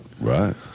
right